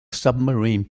submarine